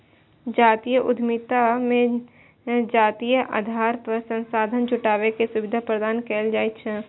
जातीय उद्यमिता मे जातीय आधार पर संसाधन जुटाबै के सुविधा प्रदान कैल जाइ छै